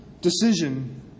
decision